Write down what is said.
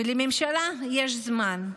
ולממשלה יש זמן.